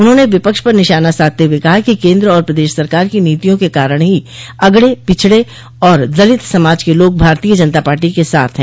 उन्होंने विपक्ष पर निशाना साधते हुए कहा कि केन्द्र और प्रदेश सरकार की नीतियों के कारण ही अगड़े पिछड़े और दलित समाज के लोग भारतीय जनता पार्टी के साथ है